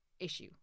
issue